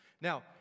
Now